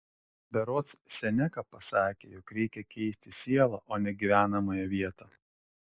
berods seneka pasakė jog reikia keisti sielą o ne gyvenamąją vietą